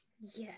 Yes